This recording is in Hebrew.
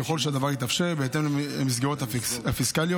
ככל שהדבר יתאפשר בהתאם למסגרות הפיסקליות,